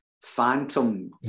phantom